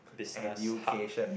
education